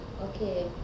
okay